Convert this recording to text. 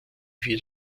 wird